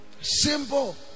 Simple